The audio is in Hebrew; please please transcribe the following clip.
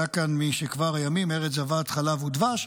היה כאן משכבר הימים ארץ זבת חלב ודבש.